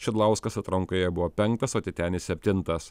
šidlauskas atrankoje buvo penktas o titenis septintas